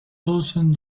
thousand